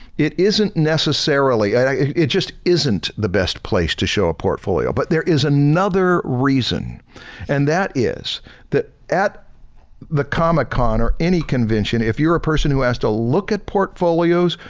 it isn't necessarily, it just isn't the best place to show a portfolio but there is another reason and that is that at the comic con or any convention, if you're a person who has to look at portfolios,